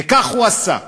וכך הוא עשה.